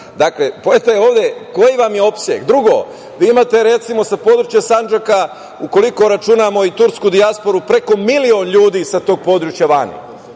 Dakle, poenta je ovde koji vam je opseg. Drugo, vi imate recimo sa područja Sandžaka ukoliko računamo i tursku dijasporu, preko milion ljudi sa tog područja vani,